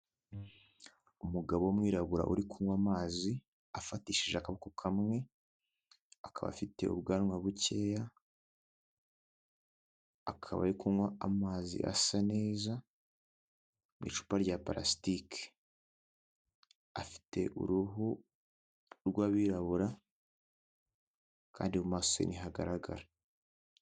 Umugabo w'umwirabura uri kunywa amazi afatishije akaboko kamwe akaba afite ubwanwa bukeya akaba ari kunywa amazi asa neza mu icupa rya palastike afite uruhu rw'abirabura kandi mu maso ntihagaragara.